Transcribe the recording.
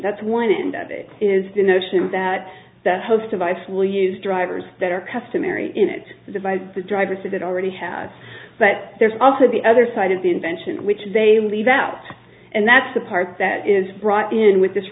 that's one and that is the notion that the host of ice will use drivers that are customary in its device drivers that it already has but there's also the other side of the invention which they leave out and that's the part that is brought in with this